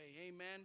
amen